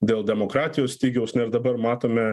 dėl demokratijos stygiaus na ir dabar matome